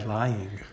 lying